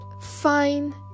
fine